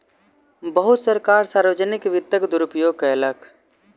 बहुत सरकार सार्वजनिक वित्तक दुरूपयोग कयलक